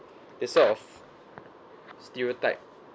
this sort of stereotype